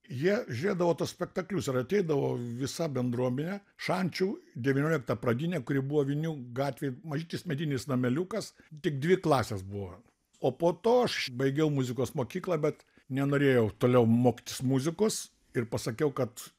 jie žiūrėdavo tuos spektaklius ir ateidavo visa bendruomenė šančių devyniolikta pradinė kuri buvo vinių gatvėj mažytis medinis nameliukas tik dvi klasės buvo o po to aš baigiau muzikos mokyklą bet nenorėjau toliau mokytis muzikos ir pasakiau kad